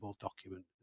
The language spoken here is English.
document